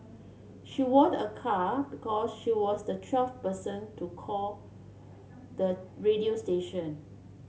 she ward a car because she was the twelve person to call the radio station